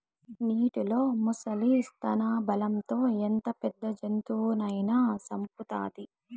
నీటిలో ముసలి స్థానబలం తో ఎంత పెద్ద జంతువునైనా సంపుతాది